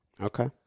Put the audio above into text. Okay